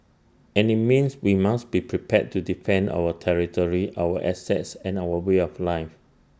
and IT means we must be prepared to defend our territory our assets and our way of life